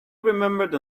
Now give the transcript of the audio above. remembered